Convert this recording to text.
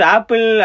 Apple